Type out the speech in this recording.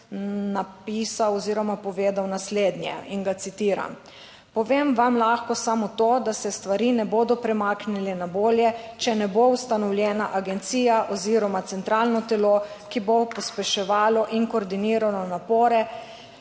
napisal oziroma povedal naslednje in ga citiram: "Povem vam lahko samo to, da se stvari ne bodo premaknile na bolje, če ne bo ustanovljena agencija oziroma centralno telo, ki bo pospeševalo in koordiniralo napore